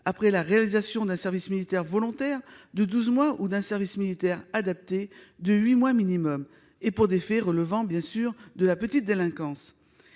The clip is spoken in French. après la réalisation d'un service militaire volontaire de douze mois ou d'un service militaire adapté de huit mois minimum, pour des faits relevant bien sûr de la petite délinquance.